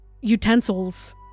utensils